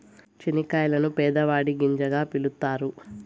చనిక్కాయలను పేదవాడి గింజగా పిలుత్తారు